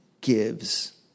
gives